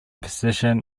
position